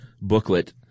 booklet